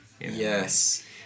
yes